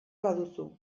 baduzu